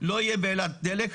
לא יהיה באילת דלק,